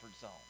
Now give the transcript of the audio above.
zone